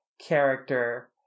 character